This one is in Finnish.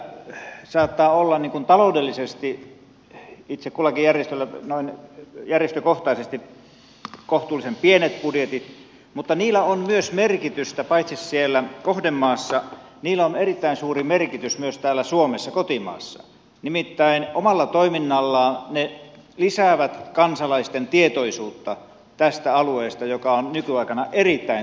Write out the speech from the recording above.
näillä saattaa olla taloudellisesti itse kullakin järjestöllä järjestökohtaisesti kohtuullisen pienet budjetit mutta paitsi että niillä on merkitystä siellä kohdemaassa niillä on erittäin suuri merkitys myös täällä suomessa kotimaassa nimittäin omalla toiminnallaan ne lisäävät kansalaisten tietoisuutta tästä alueesta mikä on nykyaikana erittäin tärkeää